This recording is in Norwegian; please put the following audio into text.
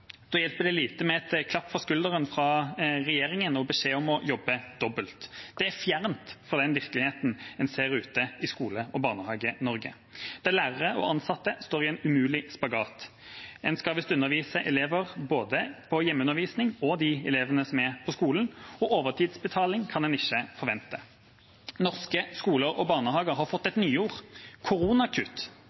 Da hjelper det lite med en klapp på skulderen fra regjeringa med beskjed om å jobbe dobbelt. Det er fjernt fra den virkeligheten en ser ute i Skole- og Barnehage-Norge, der lærere og ansatte står i en umulig spagat. En skal visst undervise elever både hjemme og på skolen, og overtidsbetaling kan en ikke forvente. Norske skoler og barnehager har fått et nyord: koronakutt.